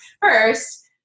First